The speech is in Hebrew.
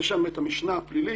יש שם המשנה הפלילית,